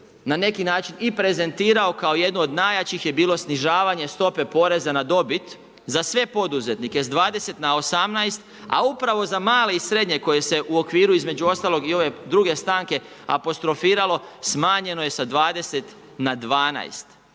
na neki način i prezentirao, kao jednu od najjačih je bilo snižavanje stope poreza na dobit za sve poduzetnike sa 20 na 18 a upravo za male i srednje koji se u okviru između ostalog i ove druge stanke, apostrofiralo, smanjeno je sa 20 na 12.